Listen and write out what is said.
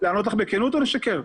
לענות לך בכנות או לשקר?